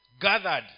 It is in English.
gathered